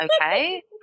okay